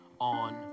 on